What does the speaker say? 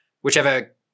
whichever